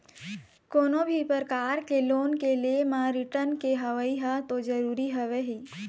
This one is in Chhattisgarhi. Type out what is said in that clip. कोनो भी परकार के लोन के ले म रिर्टन के होवई ह तो जरुरी हवय ही